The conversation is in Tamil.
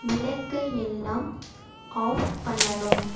விளக்கை எல்லாம் ஆஃப் பண்ணணும்